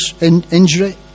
injury